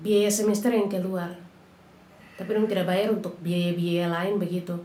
Biaya semester yang keluar, tapi dong tida bayar untuk bayar biaya biaya lain begitu,